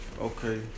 Okay